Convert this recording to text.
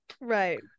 Right